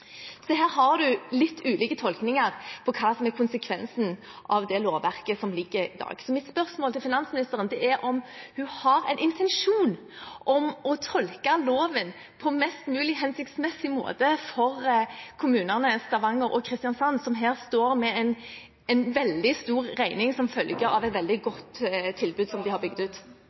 Så her har man litt ulike tolkninger av hva som er konsekvensen av det lovverket som ligger der i dag. Mitt spørsmål til finansministeren er om hun har en intensjon om å tolke loven på mest mulig hensiktsmessig måte for kommunene Stavanger og Kristiansand, som her står med en veldig stor regning som følge av et veldig godt tilbud.